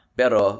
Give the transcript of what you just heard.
pero